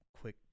quick